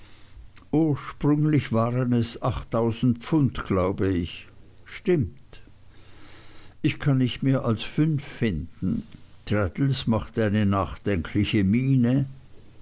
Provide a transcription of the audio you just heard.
ursprünglich waren es achttausend pfund glaube ich stimmt ich kann nicht mehr als fünf finden traddles machte eine nachdenkliche miene